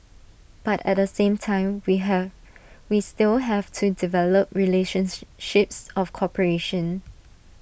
but at the same time we have we still have to develop relationships of cooperation